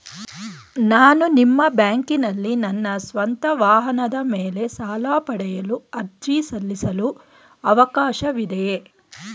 ನಾನು ನಿಮ್ಮ ಬ್ಯಾಂಕಿನಲ್ಲಿ ನನ್ನ ಸ್ವಂತ ವಾಹನದ ಮೇಲೆ ಸಾಲ ಪಡೆಯಲು ಅರ್ಜಿ ಸಲ್ಲಿಸಲು ಅವಕಾಶವಿದೆಯೇ?